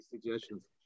suggestions